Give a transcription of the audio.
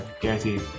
guaranteed